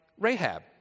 Rahab